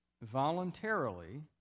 voluntarily